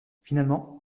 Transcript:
finalement